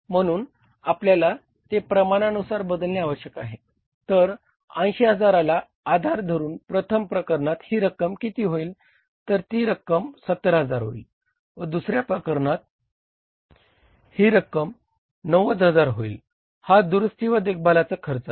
म्हणून आपल्याला ते प्रमाणानुसार बदलणे आवश्यक आहे तर 80000 ला आधार धरून प्रथम प्रकरणात ही रक्कम किती होईल तर ती रक्कम 70000 होईल व दुसऱ्या प्रकरणात ही रक्कम 90000 होईल हा दुरुस्ती व देखभालाचा खर्च आहे